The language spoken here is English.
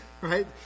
right